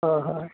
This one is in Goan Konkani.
हय हय